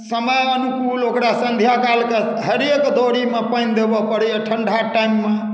समय अनुकूल ओकरा सन्ध्याकालकेँ हरेक दौरीमे पानि देबय पड़ैए ठण्डा टाइममे